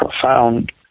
profound